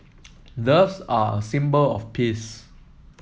doves are a symbol of peace